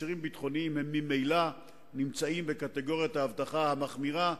אסירים ביטחוניים ממילא נמצאים בקטגוריית האבטחה המחמירה,